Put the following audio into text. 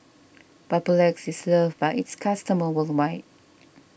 Papulex is loved by its customers worldwide